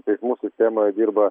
teismų sistemoje dirba